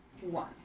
One